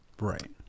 right